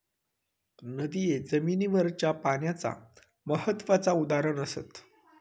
नदिये जमिनीवरच्या पाण्याचा महत्त्वाचा उदाहरण असत